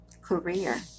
career